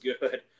good